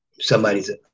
somebody's